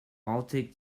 baltic